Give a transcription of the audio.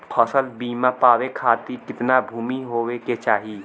फ़सल बीमा पावे खाती कितना भूमि होवे के चाही?